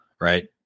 right